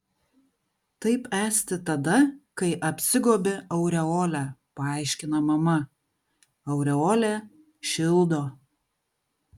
taip esti tada kai apsigobi aureole paaiškina mama aureolė šildo